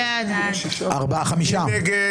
מי נגד?